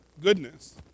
goodness